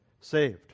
saved